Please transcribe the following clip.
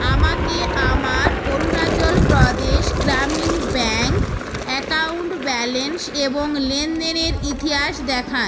আমাকে আমার Arunachal Pradesh Gramin bank account balance এবং লেনদেনের ইতিহাস দেখান